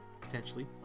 potentially